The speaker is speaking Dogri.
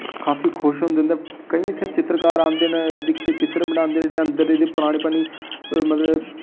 खासे खुश होंदे न ते केईं चित्रकार औंदे न दिक्खियै चित्तर बनांदे न जेह्ड़े अंदर एह्दे पराने मतलब